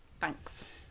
Thanks